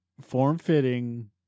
Form-fitting